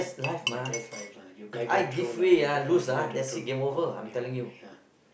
ya that's life lah you guide them through lah uh you guide them through gone game over yeah